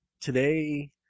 Today